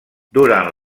durant